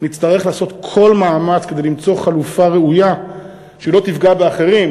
נצטרך לעשות כל מאמץ כדי למצוא חלופה ראויה שלא תפגע באחרים,